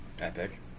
Epic